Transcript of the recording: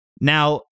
Now